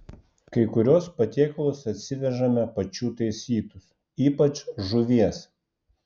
kai kuriuos patiekalus atsivežame pačių taisytus ypač žuvies